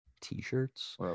t-shirts